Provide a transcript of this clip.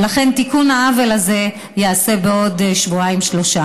ולכן תיקון העוול הזה ייעשה בעוד שבועיים-שלושה.